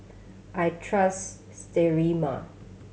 I trust Sterimar